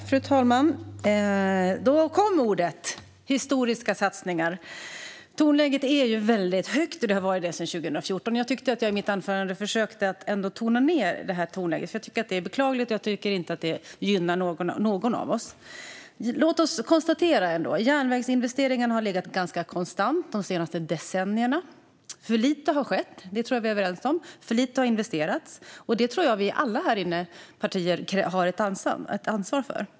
Fru talman! Då kom orden "historiska satsningar"! Tonläget är väldigt högt och har varit det sedan 2014. Jag tycker att jag i mitt anförande ändå försökte sänka tonläget, för jag tycker att det är beklagligt och inte gynnar någon av oss. Låt oss ändå konstatera att järnvägsinvesteringarna har legat ganska konstant de senaste decennierna. Alltför lite har skett - det tror jag att vi är överens om. Alltför lite har investerats, och det tror jag att alla partier här inne har ett ansvar för.